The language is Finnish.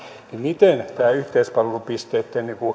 miten yhteispalvelupisteitten